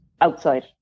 outside